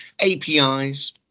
APIs